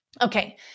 Okay